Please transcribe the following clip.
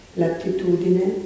l'attitudine